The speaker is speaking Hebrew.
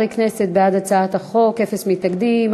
שבעה חברי כנסת בעד הצעת החוק, אין מתנגדים.